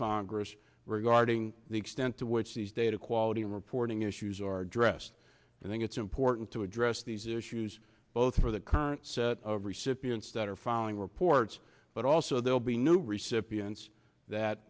congress regarding the extent to which these data quality reporting issues are addressed i think it's important to address these issues both for the current set of recipients that are filing reports but also there'll be new recipients that